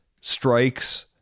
strikes